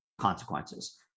consequences